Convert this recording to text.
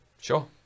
Sure